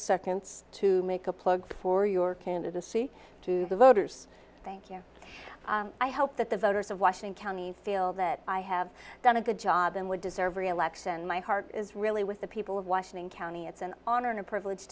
seconds to make a plug for your candidacy to the voters thank you i hope that the voters of washing county feel that i have done a good job and would deserve reelection my heart is really with the people of washington county it's an honor and a privilege